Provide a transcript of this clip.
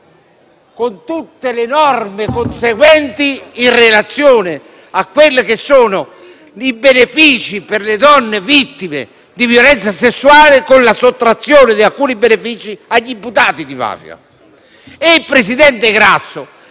con tutte le norme conseguenti in relazione ai benefici per le donne vittime di violenza sessuale e alla sottrazione di altri benefici agli imputati di mafia. Il presidente Grasso